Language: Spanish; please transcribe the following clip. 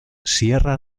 sierra